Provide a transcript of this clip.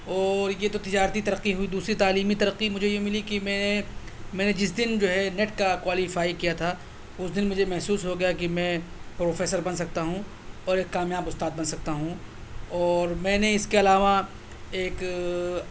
اور یہ تو تجارتی ترقی ہوئی اور دوسری تعلیمی ترقی مجھے یہ ملی کہ میں میں نے جس دن جو ہے نیٹ کا کوالیفیائی کیا تھا اس دن مجھے محسوس ہو گیا کہ میں پروفیسر بن سکتا ہوں اور ایک کامیاب استاد بن سکتا ہوں اور میں نے اس کے علاوہ ایک